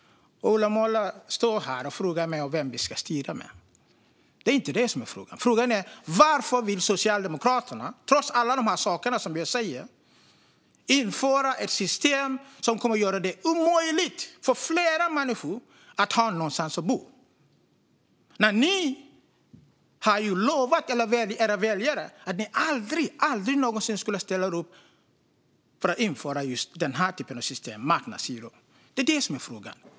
Och Ola Möller står här och frågar mig med vem som vi ska styra landet. Det är inte det som är frågan. Frågan är: Varför vill Socialdemokraterna, trots alla de saker som jag säger, införa ett system som kommer att göra det omöjligt för många människor att ha någonstans att bo? Ni har lovat era väljare att ni aldrig någonsin skulle ställa upp på att införa den här typen av system med marknadshyror. Det är frågan.